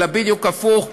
אלא בדיוק הפוך,